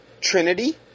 Trinity